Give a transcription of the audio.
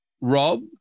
Rob